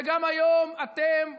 וגם היום אתם,